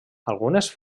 algunes